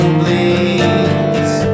bleeds